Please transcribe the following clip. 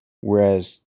whereas